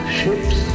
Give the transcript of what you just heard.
ships